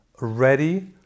ready